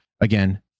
again